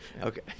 Okay